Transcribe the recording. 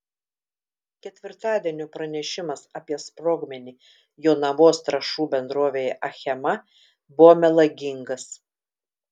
ketvirtadienio pranešimas apie sprogmenį jonavos trąšų bendrovėje achema buvo melagingas